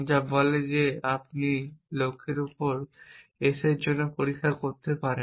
যা বলে যে আপনি লক্ষ্যের উপর এস এর জন্য পরীক্ষা করতে পারেন